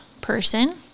person